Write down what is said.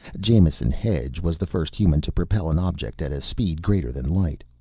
jamison hedge was the first human to propel an object at a speed greater than light.